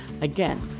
Again